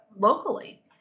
locally